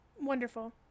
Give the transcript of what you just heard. Wonderful